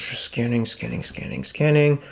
scanning scanning scanning scanning.